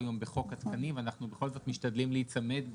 היום בחוק התקנים ואנחנו בכל זאת משתדלים להיצמד,